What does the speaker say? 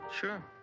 Sure